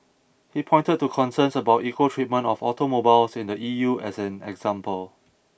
he pointed to concerns about equal treatment of automobiles in the E U as an example